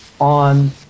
on